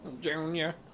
Junior